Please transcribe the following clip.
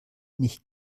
nicht